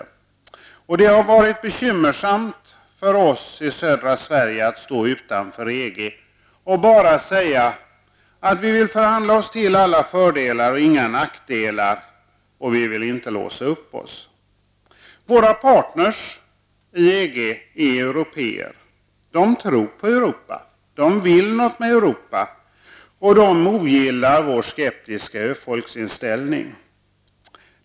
Det har varit bekymmersamt för oss i södra Sverige att stå utanför EG och bara säga att vi vill förhandla oss till alla fördelar och inga nackdelar, och vi vill inte låsa upp oss. Våra partner inom EG är européer. De tror på Europa och vill något med Europa, och de ogillar vår skeptiska ö-folksinställning.